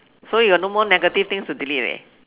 so you no more negative thing to delete